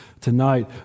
tonight